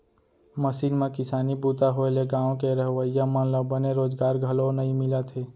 machine म किसानी बूता होए ले गॉंव के रहवइया मन ल बने रोजगार घलौ नइ मिलत हे